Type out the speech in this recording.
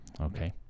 Okay